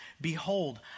behold